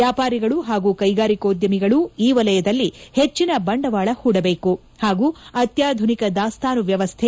ವ್ಯಾಪಾರಿಗಳು ಹಾಗೂ ಕ್ಲೆಗಾರಿಕೋದ್ಧಮಗಳು ಈ ವಲಯದಲ್ಲಿ ಹೆಚ್ಚಿನ ಬಂಡವಾಳ ಹೂಡಬೇಕು ಹಾಗೂ ಅತ್ಯಾಧುನಿಕ ದಾಸ್ತಾನು ವ್ಯವಸ್ನೆ